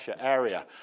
area